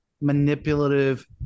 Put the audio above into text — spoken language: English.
manipulative